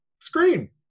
screen